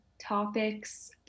topics